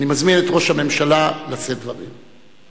אני מזמין את ראש הממשלה לשאת את דבריו.